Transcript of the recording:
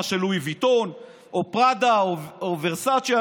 של לואי ויטון או פראדה או ורסצ'ה?